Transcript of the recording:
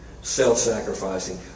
self-sacrificing